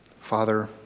Father